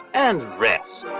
and rest.